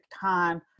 time